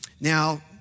Now